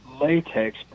Latex